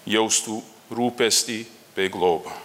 jaustų rūpestį bei globą